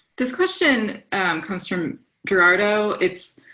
this question comes from gerardo. it's,